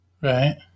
Right